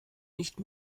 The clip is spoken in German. nicht